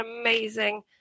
amazing